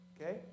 okay